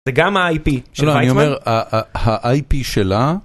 גם אייפי של וייצמן- לא אני אומר, האייפי שלה.